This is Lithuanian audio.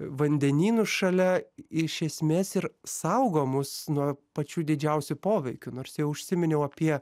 vandenynų šalia iš esmės ir saugo mus nuo pačių didžiausių poveikių nors jau užsiminiau apie